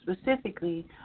specifically